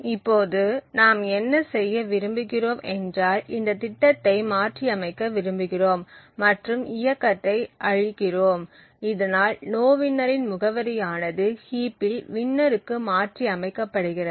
இப்போது நாம் என்ன செய்ய விரும்புகிறோம் என்றால் இந்த திட்டத்தை மாற்றியமைக்க விரும்புகிறோம் மற்றும் இயக்கத்தை அழிக்கிறோம் இதனால் நோவின்னரின் முகவரி ஆனது ஹீப்பில் வின்னருக்கு மாற்றி அமைக்கப்படுகிறது